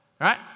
Right